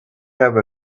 have